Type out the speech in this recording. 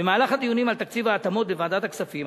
במהלך הדיונים על תקציב ההתאמות בוועדת הכספים,